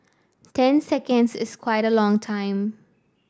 ten seconds is quite a long time